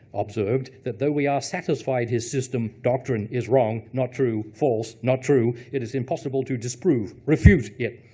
observed, that though we are satisfied his system doctrine is wrong, not true, false, not true, it is impossible to disprove, refute it.